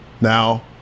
Now